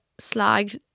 slagged